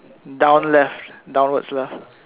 down left downwards left